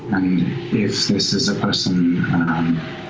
and if this is a person